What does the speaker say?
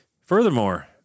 furthermore